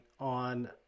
on